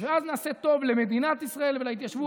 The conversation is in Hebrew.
ואז נעשה טוב למדינת ישראל ולהתיישבות,